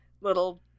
little